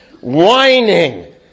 whining